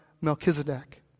Melchizedek